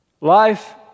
Life